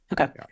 Okay